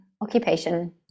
occupation